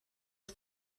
het